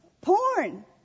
porn